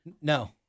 No